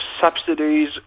subsidies